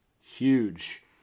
huge